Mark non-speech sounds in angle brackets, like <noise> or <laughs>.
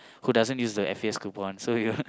who doesn't use the F_A_S coupon so we will <laughs>